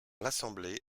l’assemblée